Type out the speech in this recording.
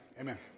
Amen